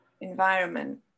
environment